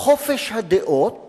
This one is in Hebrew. "חופש הדעות